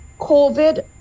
COVID